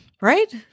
Right